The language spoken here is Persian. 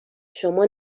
شما